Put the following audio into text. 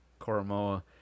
Koromoa